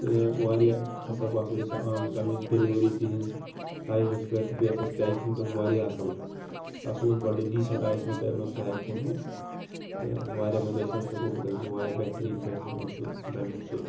تہٕ واریاہ ہَسا باسیو مےٚ سُہ آمُت تَمِچ ڈِلؤری تِہِنٛز ٹایمَس پٮ۪ٹھ بیٚیہِ ہَسا ٲس پیکِنٛگ تَتھ واریاہ اَصٕل سُہ ہَسا اوس بَڑٕ ڈیٖسٮ۪نٛٹ آیَس یِمو پے یِمو پیک کوٚرمُت تہٕ واریاہ مُتٲثر سا گوٚو تَمہِ سۭتۍ واریاہ بہتریٖن بہتریٖن اوس سُہ تَمیُک سُہ